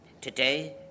Today